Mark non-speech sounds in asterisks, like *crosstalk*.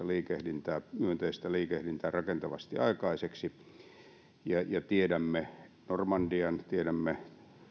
*unintelligible* liikehdintää rakentavasti aikaiseksi tiedämme normandian tiedämme